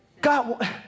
God